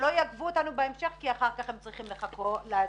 שלא יעכבו אותנו בהמשך כי אחר כך הם צריכים לחכות להזמנה,